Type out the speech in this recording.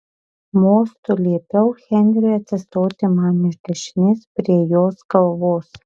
mostu liepiau henriui atsistoti man iš dešinės prie jos galvos